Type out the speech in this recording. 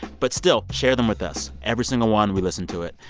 but still, share them with us. every single one we listen to it.